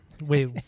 Wait